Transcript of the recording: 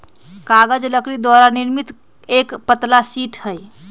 कागज लकड़ी द्वारा निर्मित एक पतला शीट हई